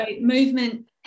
movement